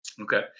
Okay